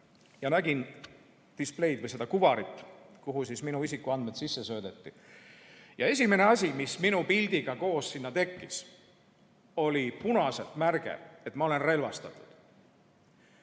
ja nägin displeid või kuvarit, kuhu minu isikuandmed sisse söödeti. Esimene asi, mis minu pildiga koos sinna tekkis, oli punane märge, et ma olen relvastatud.